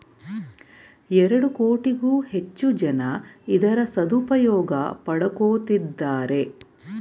ಎರಡು ಕೋಟಿಗೂ ಹೆಚ್ಚು ಜನ ಇದರ ಸದುಪಯೋಗ ಪಡಕೊತ್ತಿದ್ದಾರೆ